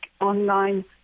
online